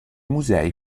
musei